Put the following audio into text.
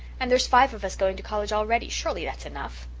and there's five of us going to college already. surely that's enough.